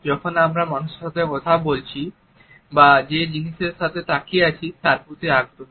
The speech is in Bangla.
যখন আমরা যে মানুষের সাথে কথা বলছি বা যে জিনিসের দিকে তাকিয়ে আছি তার প্রতি আগ্রহী